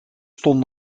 stond